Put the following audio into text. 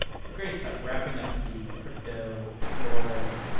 great stuff wrapping up the crypto world.